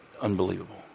unbelievable